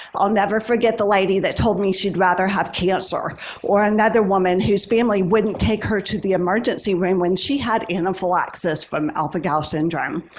i'll never forget the lady that told me she'd rather have cancer or another woman whose family wouldn't take her to the emergency room when she had anaphylaxis from alpha-gal syndrome,